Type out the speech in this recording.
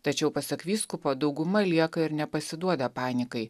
tačiau pasak vyskupo dauguma lieka ir nepasiduoda panikai